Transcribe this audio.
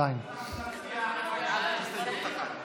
עדיין אין הצבעות אלקטרוניות.